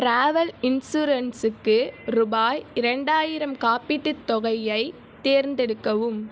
travel இன்சூரன்ஸுக்கு ரூபாய் இரண்டாயிரம் காப்பீட்டு தொகையை தேர்ந்தெடுக்கவும்